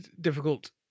difficult